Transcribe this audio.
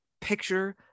picture